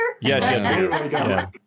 Yes